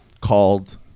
called